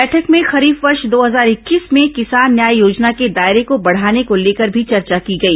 बैठक में खरीफ वर्ष दो हजार इक्कीस में किसान न्याय योजना के दायरे को बढ़ाने को लेकर भी चर्चा की गई